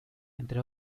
entre